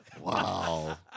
Wow